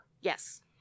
Yes